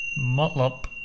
Motlop